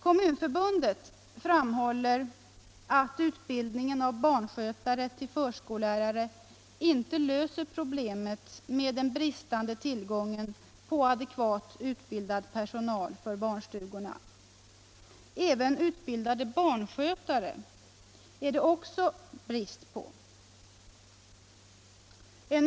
Kommunförbundet framhåller att utbildningen av barnskötare till förskollärare inte löser problemet med den bristande tillgången på adekvat utbildad personal för barnstugorna. Även utbildade barnskötare är det nämligen brist på.